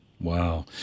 Wow